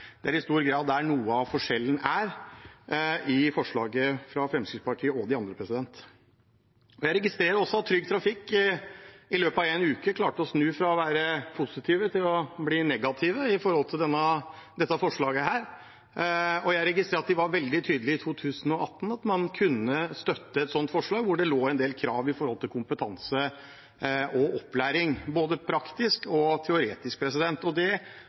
Det er i stor grad der noe av forskjellen er i forslaget fra Fremskrittspartiet og de andre. Jeg registrerer også at Trygg Trafikk i løpet av en uke klarte å snu fra å være positiv til å bli negativ til dette forslaget, og jeg registrerer at de i 2018 var veldig tydelig på at man kunne støtte et sånt forslag hvor det lå en del krav til kompetanse og opplæring, både praktisk og teoretisk. Det er også noe av det